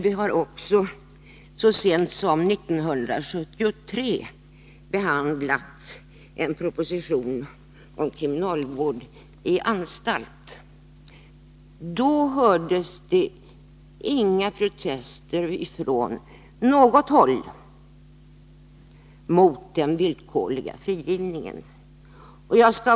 Vi har också så sent som 1973 behandlat en proposition om kriminalvård i anstalt. Då hördes det inte några protester från något håll mot den villkorliga frigivningen.